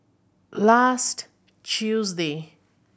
last Tuesday